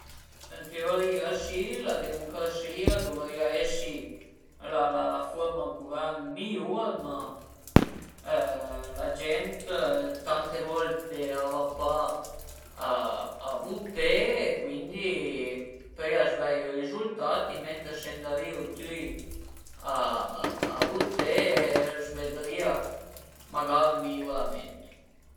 Ën teoria si, la demucrasìa a duvrìa esi la furma d'guvern mi-iur, ma la gent tante volte a va pa a vuté e cuindi pöi a s'vei i rizultati, mentre se andarìu tüi a vuté a s'vedrìa magara ën mi-iurament